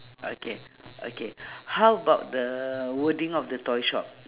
okay okay how about the wording of the toy shop